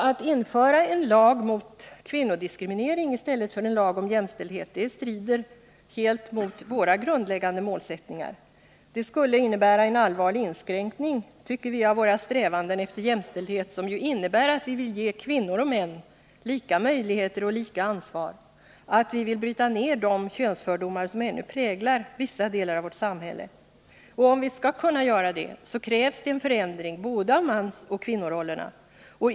Att införa en 13 december 1979 ttningar. Jämställdhet mel Vi tycker att det skulle innebära en allvarlig inskränkning i våra strävanden — lan kvinnor och efter jämställdhet, som ju innebär att vi vill ge kvinnor och män lika — män i arbetslivet ; mot våra grundläggande målsä möjligheter och lika ansvar. Vi vill bryta ner de könsfördomar som ännu präglar vissa delar av samhället. För att vi skall kunna göra det krävs det en förändring både av mansoch av kvinnorollerna.